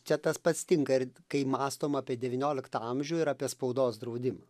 čia tas pats tinka ir kai mąstom apie devynioliktą amžių ir apie spaudos draudimą